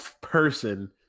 person